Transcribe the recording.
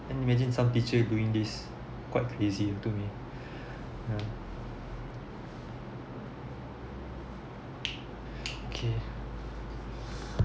can't imagine some teacher doing this quite crazy to me ya okay